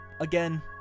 Again